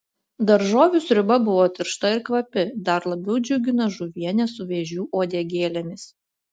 daržovių sriuba buvo tiršta ir kvapi dar labiau džiugino žuvienė su vėžių uodegėlėmis